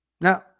now